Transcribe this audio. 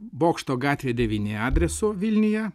bokšto gatvė devyni adresu vilniuje